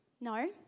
No